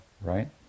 right